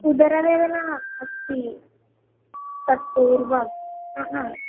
उदरवेदना अस्ति तत्पूर्वं अ हा